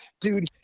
Dude